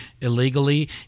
illegally